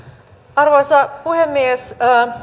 arvoisa puhemies